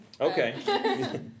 Okay